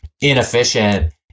inefficient